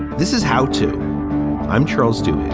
this is how to i'm charles do it.